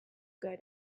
good